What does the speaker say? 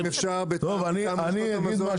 מנהל תחום רשתות המזון באיגוד לשכות המסחר.